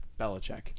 Belichick